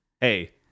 Hey